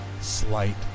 slight